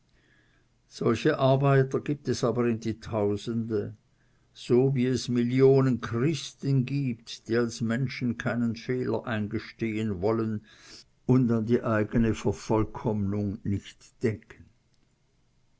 solche arbeiter gibt es aber in die tausende so wie es millionen christen gibt die als menschen keinen fehler eingestehen wollen und an die eigene vervollkommnung nicht denken